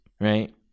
right